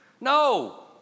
No